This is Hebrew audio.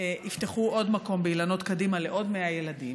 יפתחו עוד מקום באילנות קדימה לעוד 100 ילדים.